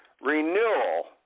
renewal